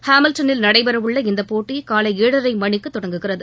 ஹாமில்டன்னில் நடைபெறவுள்ள இந்த போட்டி காலை ஏழரை மணிக்கு தொடங்குகிறது